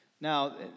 Now